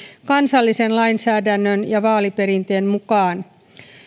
kansallisen lainsäädännön ja vaaliperinteen mukaan